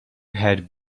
had